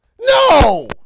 No